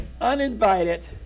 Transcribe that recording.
uninvited